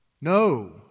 No